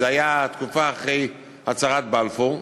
זאת הייתה התקופה אחרי הצהרת בלפור,